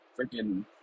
freaking